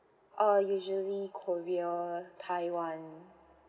uh usually korea taiwan